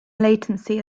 latency